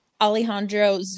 Alejandro